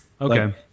okay